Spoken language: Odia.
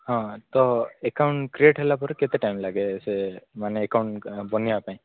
ହଁ ତ ଆକାଉଣ୍ଟ କ୍ରିଏଟ୍ ହେଲା ପରେ କେତେ ଟାଇମ୍ ଲାଗେ ସେମାନେ ଆକାଉଣ୍ଟ ବନାଇବା ପାଇଁ